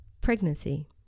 pregnancy